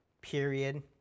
Period